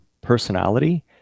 personality